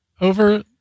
over